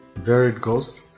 there it goes.